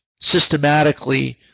systematically